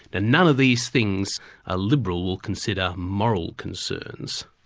and none of these things a liberal will consider moral concerns.